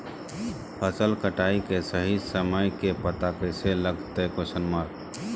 फसल कटाई के सही समय के पता कैसे लगते?